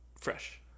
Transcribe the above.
fresh